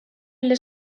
les